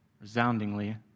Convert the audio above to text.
resoundingly